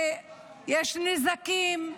ויש נזקים,